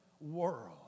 world